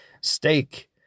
steak